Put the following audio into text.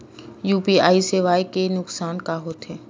UPI सेवाएं के का नुकसान हो थे?